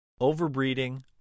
Overbreeding